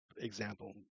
example